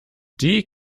die